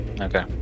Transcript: Okay